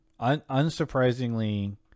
Unsurprisingly